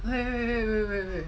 wait wait wait